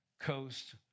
coast